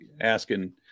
asking